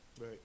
Right